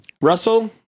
Russell